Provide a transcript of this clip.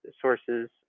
sources